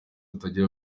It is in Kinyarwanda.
atari